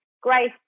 Grace